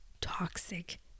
toxic